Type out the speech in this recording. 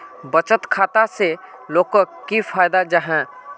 बचत खाता से लोगोक की फायदा जाहा?